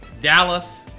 Dallas